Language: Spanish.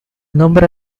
nombre